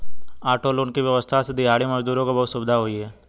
auto loan की व्यवस्था से दिहाड़ी मजदूरों को बहुत सुविधा हुई है